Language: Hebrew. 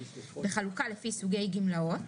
בחלוקה לפי סוגי גמלאות,